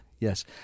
Yes